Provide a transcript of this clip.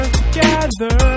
together